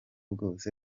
bwose